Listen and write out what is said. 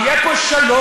יהיה פה שלום,